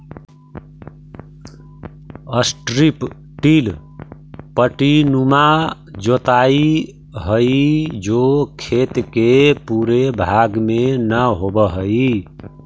strip till पट्टीनुमा जोताई हई जो खेत के पूरे भाग में न होवऽ हई